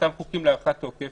באותם חוקים להארכת תוקף